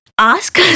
Ask